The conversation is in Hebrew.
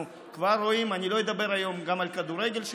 אני לא אדבר היום על הכדורגל,